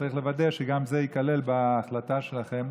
וצריך לוודא שגם זה ייכלל בהחלטה שלכם,